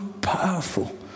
powerful